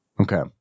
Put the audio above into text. Okay